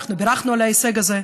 אנחנו בירכנו על ההישג הזה.